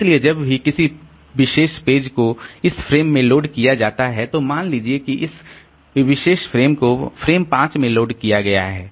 इसलिए जब भी किसी विशेष पेज को इस फ्रेम में लोड किया जाता है तो मान लीजिए कि इस विशेष पेज को फ्रेम 5 में लोड किया गया है